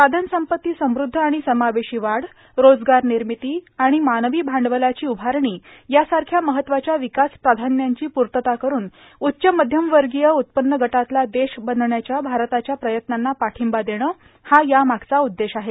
साधनसंपत्तीसमृद्ध आणि समावेशी वाढ रोजगार निर्मिती आणि मानवी भांडवलाची उभारणी यासारख्या महत्वाच्या विकास प्राधान्यांची पूर्तता करून उच्च मध्यमवर्गीय उत्पन्न गटातला देश बनण्याच्या भारताच्या प्रयत्नांना पाठिंबा देणं हा यामागचा उद्देश आहे